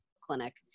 clinic